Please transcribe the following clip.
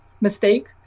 mistake